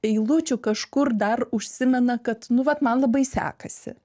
eilučių kažkur dar užsimena kad nu vat man labai sekasi